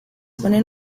ponen